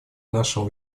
нашему